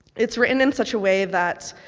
it's written in such a way that